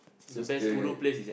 so stay